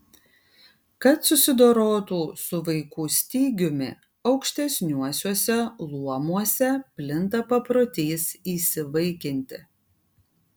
kad susidorotų su vaikų stygiumi aukštesniuosiuose luomuose plinta paprotys įsivaikinti